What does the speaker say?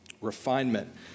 Refinement